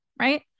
right